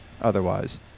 Otherwise